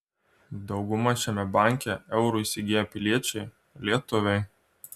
dauguma šiame banke eurų įsigiję piliečiai lietuviai